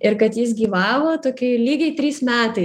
ir kad jis gyvavo tokioj lygiai trys metai